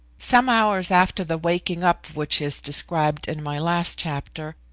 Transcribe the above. some hours after the waking up which is described in my last chapter,